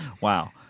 Wow